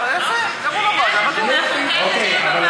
יפה, הדיון בוועדה.